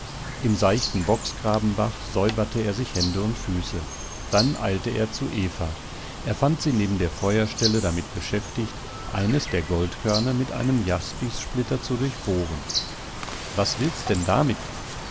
im seichten bocksgrabenbach säuberte er sich hände und füße dann eilte er zu eva er fand sie neben der feuerstelle damit beschäftigt eines der goldkörner mit einem jaspissplitter zu durchbohren was willst denn damit